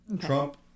Trump